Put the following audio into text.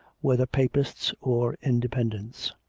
whether papists or independents.